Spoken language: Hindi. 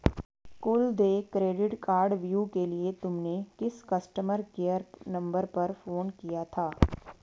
कुल देय क्रेडिट कार्डव्यू के लिए तुमने किस कस्टमर केयर नंबर पर फोन किया था?